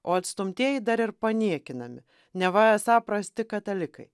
o atstumtieji dar ir paniekinami neva esą prasti katalikai